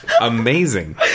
Amazing